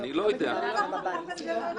--- זה לא נכון.